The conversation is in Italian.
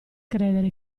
credere